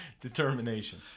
Determination